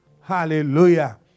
Hallelujah